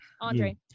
Andre